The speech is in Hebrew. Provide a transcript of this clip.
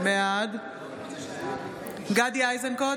בעד גדי איזנקוט,